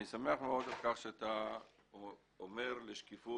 אני שמח מאוד על כך שאתה מקדם שקיפות